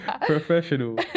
professional